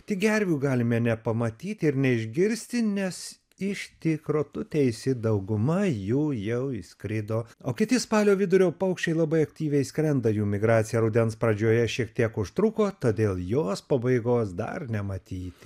tik gervių galime nepamatyti ir neišgirsti nes iš tikro tu teisi dauguma jų jau išskrido o kiti spalio vidurio paukščiai labai aktyviai skrenda jų migracija rudens pradžioje šiek tiek užtruko todėl jos pabaigos dar nematyti